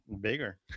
bigger